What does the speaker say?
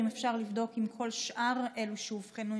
אם אפשר לבדוק את כל שאר אלה שאובחנו,